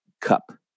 cup